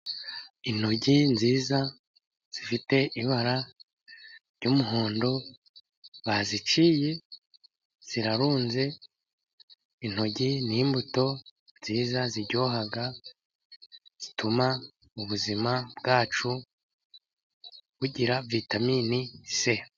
Intoryi nziza zifite ibara ry'umuhondo baziciye zirarunze. Intoryi ni imbuto nziza ziryoha, zituma ubuzima bwacu bugira vitaminini C.